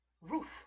Ruth